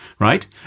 right